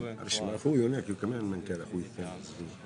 כשמגיע נושא של סגירת מפעל - אני מתחיל לטפל בו.